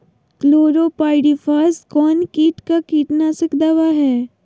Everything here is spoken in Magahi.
क्लोरोपाइरीफास कौन किट का कीटनाशक दवा है?